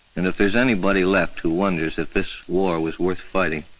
and if there's anybody left who wonders if this war was worth fighting,